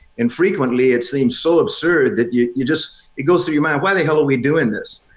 and frequently it seems so absurd that you you just it goes through your mind, why the hell are we doing this?